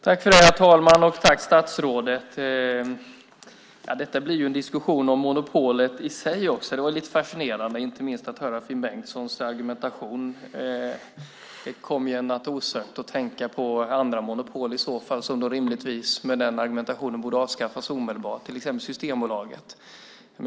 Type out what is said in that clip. Herr talman! Tack statsrådet! Detta blir en diskussion om monopolet i sig också. Det var lite fascinerande att inte minst höra Finn Bengtssons argumentation. Det kom mig osökt att tänka på andra monopol som med den argumentationen rimligtvis borde avskaffas omedelbart, till exempel Systembolaget.